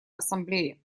ассамблее